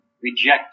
reject